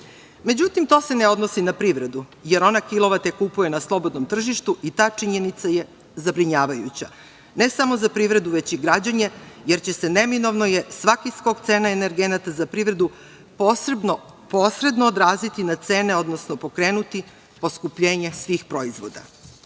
Evrope.Međutim, to se ne odnosi na privredu, jer ona kilovate kupuje na slobodnom tržištu i ta činjenica je zabrinjavajuća ne samo za privredu, već i građane, jer će se neminovno je svaki skok cena energenata za privredu posredno odraziti na cene, odnosno pokrenuti poskupljenje svih proizvoda. Cena